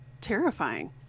terrifying